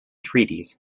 treaties